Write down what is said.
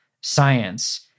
science